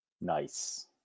Nice